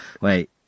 wait